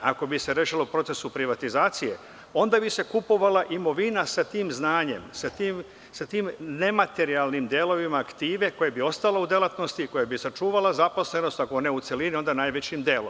Ako bi se rešilo u procesu privatizacije, onda bi se kupovala imovina sa tim znanjem, sa tim nematerijalnim delovima aktive koja bi ostala u delatnosti, koja bi sačuvala zaposlenost, ako ne u celini, onda najvećim delom.